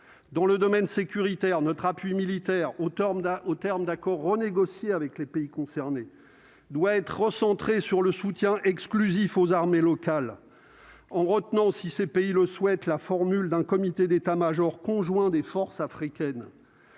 dans le domaine sécuritaire notre appui militaire au terme d'un, au terme d'accord renégocié avec les pays concernés doit être recentrée sur le soutien exclusif aux armées locales ont retenons si ces pays le souhaite la formule d'un comité d'État-Major conjoint des forces africaines,